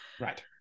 Right